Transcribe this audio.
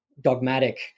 dogmatic